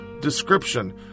description